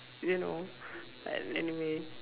you know but anyway